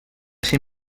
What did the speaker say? ser